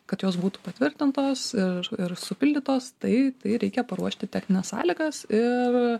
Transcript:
kad jos būtų patvirtintos ir ir supildytos tai tai reikia paruošti technines sąlygas ir